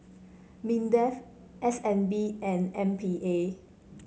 Mindef S N B and M P A